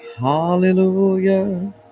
hallelujah